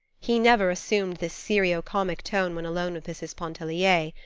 he never assumed this seriocomic tone when alone with mrs. pontellier.